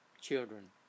children